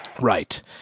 right